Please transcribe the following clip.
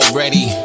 ready